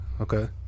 Okay